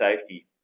safety